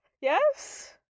yes